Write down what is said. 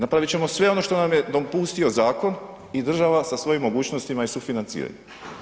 Napravit ćemo sve ono što nam je dopustio zakon i država sa svojim mogućnostima i sufinanciranjem.